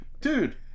dude